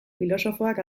filosofoak